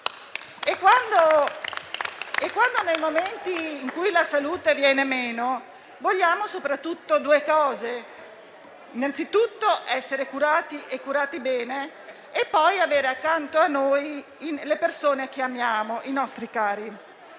Nei momenti in cui la salute viene meno, vogliamo soprattutto due cose: innanzitutto essere curati e curati bene e poi avere accanto a noi le persone che amiamo, i nostri cari.